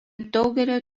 daugelyje